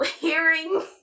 hearing